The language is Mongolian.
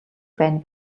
байна